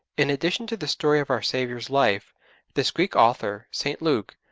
in addition to the story of our saviour's life this greek author, st. luke,